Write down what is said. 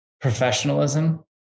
professionalism